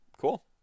cool